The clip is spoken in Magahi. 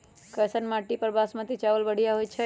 कैसन माटी पर बासमती चावल बढ़िया होई छई?